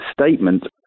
statement